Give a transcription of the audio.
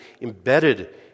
embedded